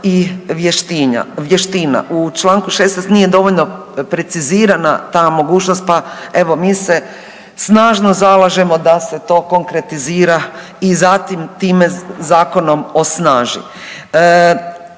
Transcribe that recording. i vještina. U Članku 16. nije dovoljno precizirana ta mogućnost pa evo mi se snažno zalažemo da se to konkretizira i zatim time zakonom osnaži.